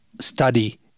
study